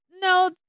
no